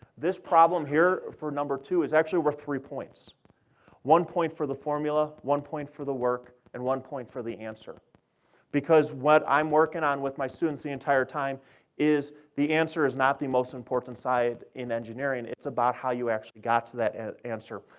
this problem here, for number two, is actually worth three points one point for the formula, one point for the work, and one point for the answer because what i'm working on with my students the entire time is the answer is not the most important side in engineering, it's about how you actually got to that answer.